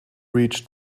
reach